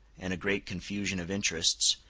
and a great confusion of interests,